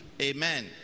amen